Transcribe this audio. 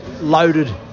loaded